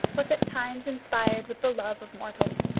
was at times inspired with the love of mortals.